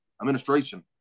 administration